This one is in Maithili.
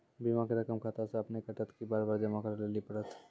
बीमा के रकम खाता से अपने कटत कि बार बार जमा करे लेली पड़त?